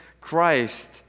Christ